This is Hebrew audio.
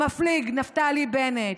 מפליג נפתלי בנט.